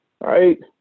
right